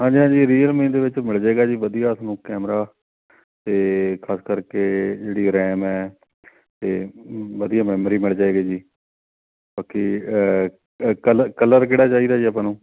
ਹਾਂਜੀ ਹਾਂਜੀ ਰੀਅਲਮੀ ਦੇ ਵਿੱਚ ਮਿਲ ਜਾਵੇਗਾ ਜੀ ਵਧੀਆ ਤੁਹਾਨੂੰ ਕੈਮਰਾ ਅਤੇ ਖਾਸ ਕਰਕੇ ਜਿਹੜੀ ਰੈਮ ਹੈ ਅਤੇ ਵਧੀਆ ਮੈਮਰੀ ਮਿਲ ਜਾਵੇਗੀ ਜੀ ਬਾਕੀ ਕਲ ਕਲਰ ਕਿਹੜਾ ਚਾਹੀਦਾ ਜੀ ਆਪਾਂ ਨੂੰ